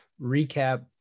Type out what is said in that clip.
recap